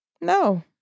No